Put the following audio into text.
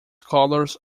colors